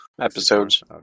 episodes